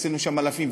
עשינו שם אלפים,